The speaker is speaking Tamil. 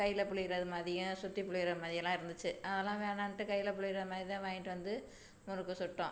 கையில புழியிறது மாதிரியும் சுற்றி புழியிற மாதிரியல்லாம் இருந்துச்சு அதெல்லாம் வேணான்ட்டு கையில புழிற மாதிரி தான் வாங்கிகிட்டு வந்து முறுக்கு சுட்டோம்